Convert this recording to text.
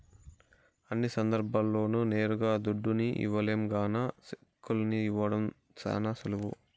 అన్ని సందర్భాల్ల్లోనూ నేరుగా దుడ్డుని ఇవ్వలేం గాన సెక్కుల్ని ఇవ్వడం శానా సులువు